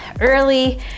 early